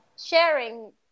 sharing